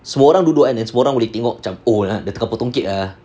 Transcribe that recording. semua orang duduk kan and semua orang boleh tengok macam oh dia tengah potong cake err